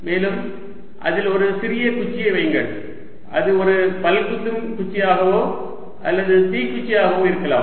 மேலும் அதில் ஒரு சிறிய குச்சியை வையுங்கள் அது ஒரு பல் குத்தும் குச்சி ஆகவோ அல்லது தீக்குச்சி ஆகவோ இருக்கலாம்